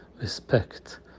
respect